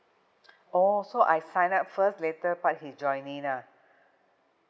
orh so I sign up first later part he's joining in ah